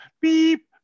beep